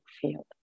field